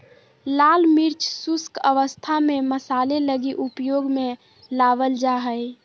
लाल मिर्च शुष्क अवस्था में मसाले लगी उपयोग में लाबल जा हइ